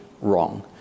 wrong